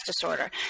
disorder